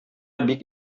бик